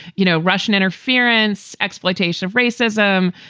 you know, russian interference, exploitation of racism.